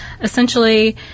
essentially